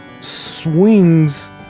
swings